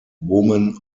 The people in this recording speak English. woman